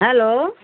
hello